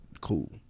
cool